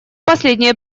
последнее